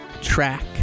track